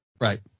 Right